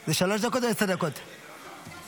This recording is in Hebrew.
זה שלוש דקות או עשר דקות, ראדה?